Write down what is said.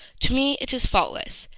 to me it is faultless.